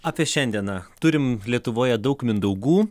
apie šiandieną turim lietuvoje daug mindaugų